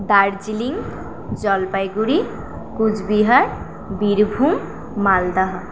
Darjeeling Jalpaiguri Cooch Behar Birbhum Malda